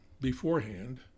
beforehand